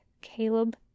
Caleb